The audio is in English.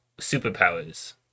superpowers